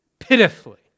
pitifully